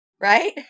right